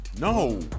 No